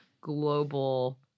global